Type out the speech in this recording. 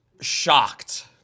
shocked